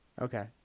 Okay